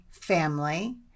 family